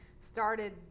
started